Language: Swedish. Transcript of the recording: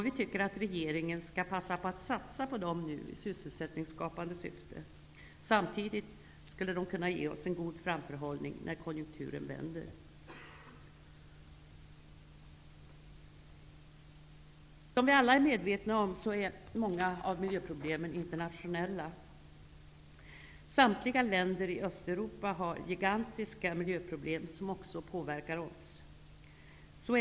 Vi tycker att regeringen skall passa på att satsa på dem nu i sysselsättningsskapande syfte. Samtidigt kan det ge oss en god framförhållning när konjunkturen vänder. Vi är alla medvetna om att många miljöproblem är internationella. Samtliga länder i Östeuropa har gigantiska miljöproblem som också påverkar oss.